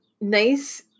nice